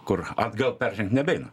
kur atgal peržengt nebeeina